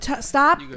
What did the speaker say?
stop